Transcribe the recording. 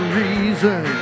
reason